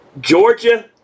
Georgia